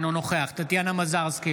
אינו נוכח טטיאנה מזרסקי,